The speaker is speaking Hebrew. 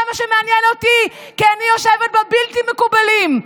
זה שמעניין אותי, כי אני יושבת בבלתי מקובלים.